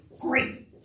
great